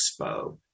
Expo